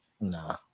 Nah